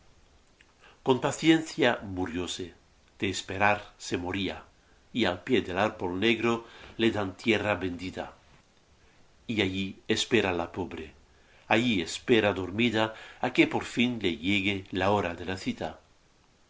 con paciencia murióse de esperar se moría y al pie del árbol negro le dan tierra bendita y allí espera la pobre allí espera dormida á que por fin le llegue la hora de la cita